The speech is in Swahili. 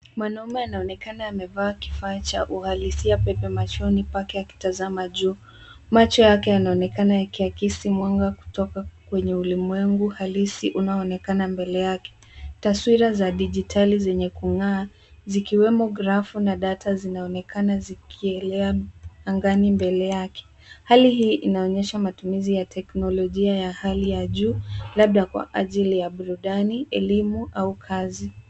Mwanaume anaonekana amevaa kifaa cha uhalisia pepemashoni pake akitazama juu. Macho yake yanaonekana yakiakisi mwanga kutoka kwenye ulimwengu halisi unaoonekana mbele yake. Taswira za digitali zenye kung'aa zikiwemo grafu na data zinaonekana zikielea angani mbele yake. Hali hii inaonyesha matumizi ya teknolojia ya hali ya juu labda kwa ajili ya burudani, elimu au kazi.